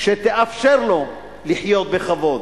שתאפשר לו לחיות בכבוד.